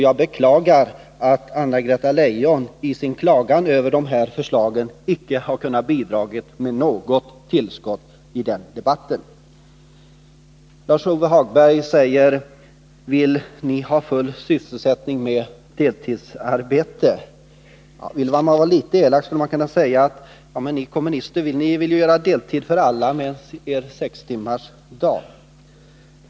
Jag beklagar att Anna-Greta Leijon i sin klagan över de här förslagen icke har kunnat bidra med något tillskott i den debatten. Lars-Ove Hagberg frågar: Vill ni ha full sysselsättning med deltidsarbete? Vill man vara litet elak, skulle man kunna svara: Vill ni kommunister införa deltid för alla med er sextimmarsdag?